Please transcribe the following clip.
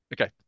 Okay